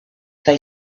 they